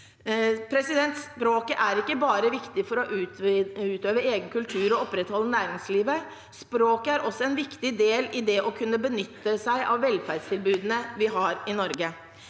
råder. Språket er ikke bare viktig for å utøve egen kultur og opprettholde næringslivet. Språket er også en viktig del av det å kunne benytte seg av velferdstilbudene vi har i Norge.